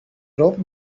rope